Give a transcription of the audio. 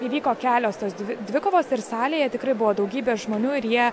įvyko kelios tos dvi dvikovos ir salėje tikrai buvo daugybė žmonių ir jie